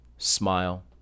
Smile